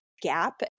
gap